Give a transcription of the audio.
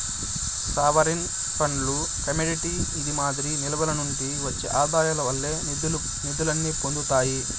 sovereign ఫండ్లు commodity ఇది మారక నిల్వల నుండి ఒచ్చే ఆదాయాల వల్లే నిదుల్ని పొందతాయి